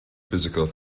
physical